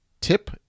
tip